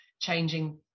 changing